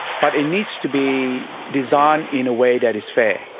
but it needs to be designed in a way that is fair.